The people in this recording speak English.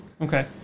Okay